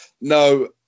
no